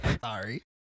Sorry